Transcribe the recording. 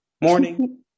Morning